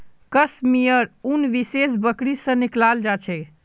कश मेयर उन विशेष बकरी से निकलाल जा छे